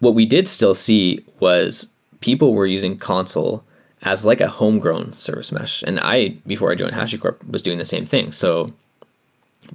what we did still see was people were using consul as like a homegrown service mesh. and i before i joined hashicorp, was doing the same thing. so